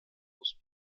aus